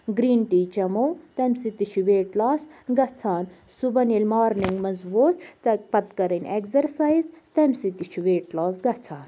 green tea چیٚمَو تٔمۍ سۭتۍ تہِ چھِ ویٹ لاس گژھان صُبحَن ییٚلہِ مارنِنگ منٛز ووتھ تَتہِ پَتہٕ کَرٕنۍ اٮ۪گزَرسایِز تٔمۍ سۭتۍ تہِ چھُ ویٹ لاس گژھان